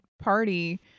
party